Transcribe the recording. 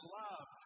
love